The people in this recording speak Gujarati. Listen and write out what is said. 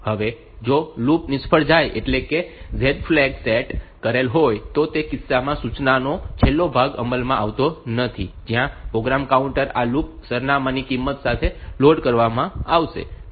હવે જો લૂપ નિષ્ફળ જાય એટલે કે Z ફ્લેગ સેટ કરેલ હોય તો તે કિસ્સામાં સૂચનાનો છેલ્લો ભાગ અમલમાં આવતો નથી કે જ્યાં પ્રોગ્રામ કાઉન્ટર આ લૂપ સરનામાંની કિંમત સાથે લોડ કરવામાં આવશે